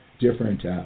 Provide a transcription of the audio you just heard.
different